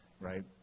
right